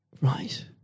Right